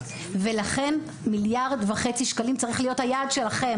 ולכן 1.5 מיליארד וחצי שקלים צריך להיות היעד שלכם